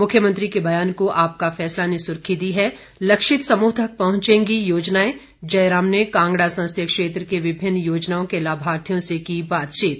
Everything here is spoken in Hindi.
मुख्यमंत्री के बयान को आपका फैसला ने सुर्खी दी है लक्षित समूह तक पहुंचेंगी योजनाएं जयराम ने कांगड़ा संसदीय क्षेत्र के विभिन्न योजनाओं के लाभार्थियों से की बातचीत